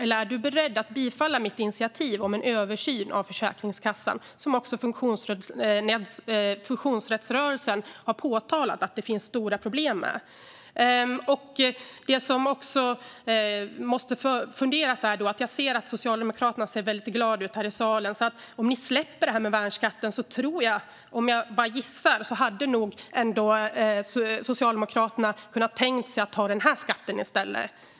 Eller är du beredd att bifalla mitt initiativ om en översyn av Försäkringskassan, som också funktionsrättsrörelsen har påtalat att det finns stora problem med? Jag ser att socialdemokraten här i salen ser väldigt glad ut. Det ni också måste fundera över är att om ni släpper det här med värnskatten tror jag - jag bara gissar - att Socialdemokraterna kan tänka sig att ta den här skatten i stället.